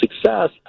success